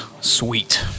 sweet